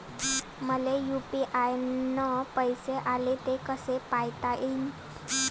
मले यू.पी.आय न पैसे आले, ते कसे पायता येईन?